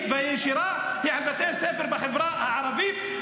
והישירה היא על בתי ספר בחברה הערבית.